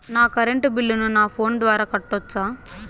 నా కరెంటు బిల్లును నా ఫోను ద్వారా కట్టొచ్చా?